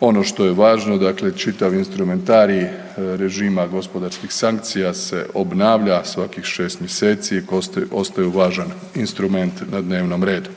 Ono što je važno, dakle, čitav instrumentarij režima gospodarskih sankcija se obnavlja svakih 6 mjeseci i ostaju važan instrument na dnevnom redu.